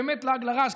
באמת לעג לרש,